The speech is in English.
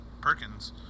Perkins